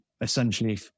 essentially